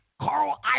Carl